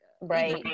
right